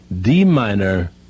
D-minor